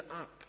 up